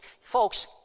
Folks